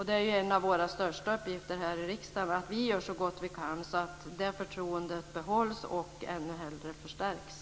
Det är en av våra största uppgifter här i riksdagen att så gott vi kan se till att det förtroendet behålls och ännu hellre förstärks.